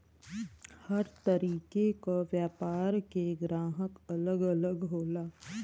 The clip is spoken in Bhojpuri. हर तरीके क व्यापार के ग्राहक अलग अलग होला